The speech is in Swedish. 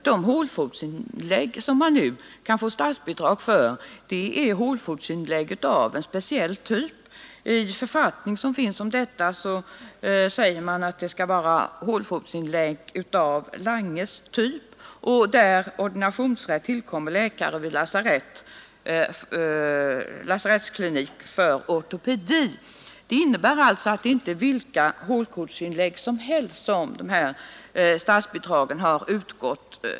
De hålfotsinlägg som man nu kan få statsbidrag till är hålfotsinlägg av speciell typ. I den författning som finns om detta heter det att det skall vara hålfotsinlägg av Langes typ, för vilka ordinationsrätt tillkommer läkare vid lasarettsklinik för ortopedi. Det innebär att statsbidrag inte har utgått för vilka hålfotsinlägg som helst.